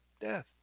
Death